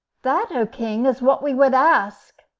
that, o king, is what we would ask.